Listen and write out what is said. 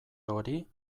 hori